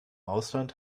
ausland